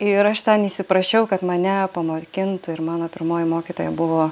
ir aš ten įsiprašiau kad mane pamokintų ir mano pirmoji mokytoja buvo